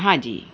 ਹਾਂਜੀ